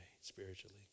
spiritually